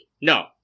No